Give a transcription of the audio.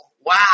Wow